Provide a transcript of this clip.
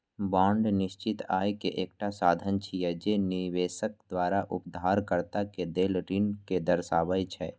bond निश्चित आय के एकटा साधन छियै, जे निवेशक द्वारा उधारकर्ता कें देल ऋण कें दर्शाबै छै